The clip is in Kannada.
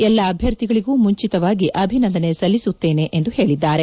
ಎಲ್ಲಾ ಅಭ್ಯರ್ಥಿಗಳಿಗೂ ಮುಂಚಿತವಾಗಿ ಅಭಿನಂದನೆ ಸಲ್ಲಿಸುತ್ತೇನೆ ಎಂದು ಹೇಳಿದ್ದಾರೆ